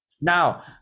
Now